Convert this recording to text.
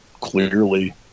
clearly